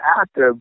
active